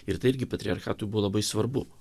ir tai irgi patriarchatui buvo labai svarbu